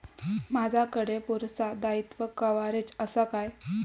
माजाकडे पुरासा दाईत्वा कव्हारेज असा काय?